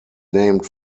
named